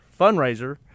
fundraiser